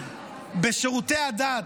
בשירותי הדת,